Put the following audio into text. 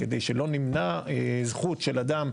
כדי שלא נמנע זכות של אדם,